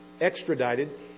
extradited